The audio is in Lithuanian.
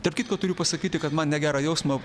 tarp kitko turiu pasakyti kad man negerą jausmą